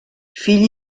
fill